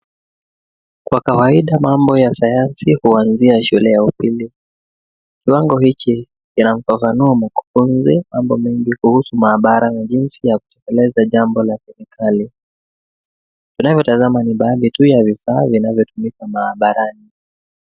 Kwa kawaida mambo ya sayansi huanzia shule ya upili. Kiwango hichi kinafafanua mkufunzi mambo mengi kuhusu maabara na jinsi ya kutekeleza mambo ya kemikali. Unavyotazama ni baadhi tu ya vifaa vinavyotumika maabarani.